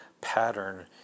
pattern